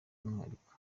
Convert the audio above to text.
umwihariko